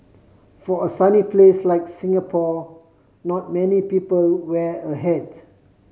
for a sunny place like Singapore not many people wear a hat